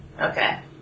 Okay